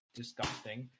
disgusting